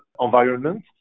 environment